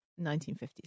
1950s